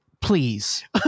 Please